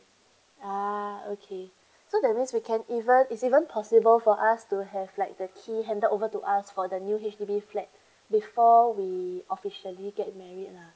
ah okay so that means we can even is even possible for us to have like the key handed over to us for the new H_D_B flat before we officially get married lah